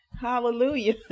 Hallelujah